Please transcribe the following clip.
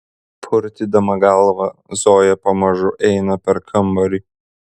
purtydama galvą zoja pamažu eina per kambarį